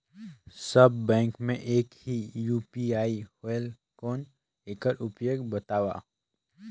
सब bank मे एक ही यू.पी.आई होएल कौन एकर उपयोग बताव?